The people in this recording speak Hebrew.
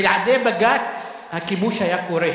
בלעדי בג"ץ הכיבוש היה קורס.